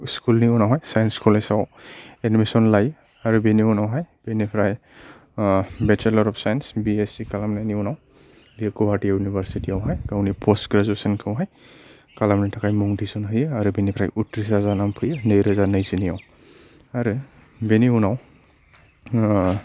स्कुलनि उनावहाय साइन्स कलेजआव एडमिसन लायो आरो बेनि उनावहाय बेनिफ्राय बेचेलर अफ साइन्स बिएससि खालामनायनि उनाव बियो गुवाहाटी इउनिभारसिटिआवहाय गावनि पस्त ग्रेजुवेसनखौहाय खालामनो थाखाय मुं थिसन होयो आरो बेनिफ्राय उथ्रिसार जानानै फैयो नैरोजा नैजिनैआव आरो बेनि उनाव